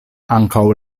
ankaŭ